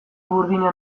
burdina